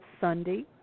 Sunday